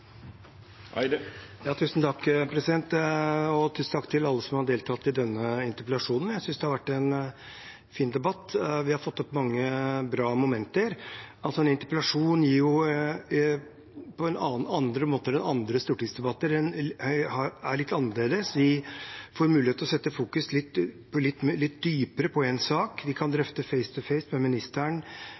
ressurssituasjon. Tusen takk til alle som har deltatt i denne interpellasjonen. Jeg synes det har vært en fin debatt. Vi har fått opp mange bra momenter. En interpellasjon er jo litt annerledes enn andre stortingsdebatter. Vi får mulighet til å fokusere litt dypere i en sak, vi kan drøfte ulike ting «face to face» med ministeren,